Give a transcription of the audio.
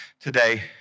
today